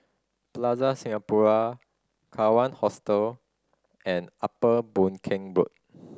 Plaza Singapura Kawan Hostel and Upper Boon Keng Road